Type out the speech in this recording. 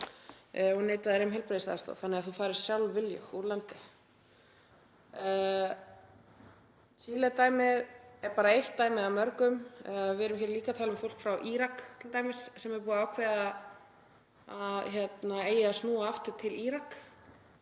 og neita þér um heilbrigðisþjónustu þannig að þú farir sjálfviljug úr landi. Chile-dæmið er bara eitt dæmi af mörgum. Við erum líka að tala um fólk frá Írak t.d. sem er búið að ákveða að eigi að snúa aftur til Íraks,